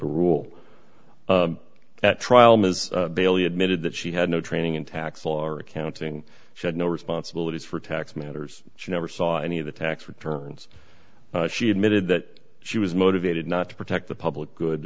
the rule at trial ms bailey admitted that she had no training in tax law or accounting she had no responsibilities for tax matters she never saw any of the tax returns she admitted that she was motivated not to protect the public good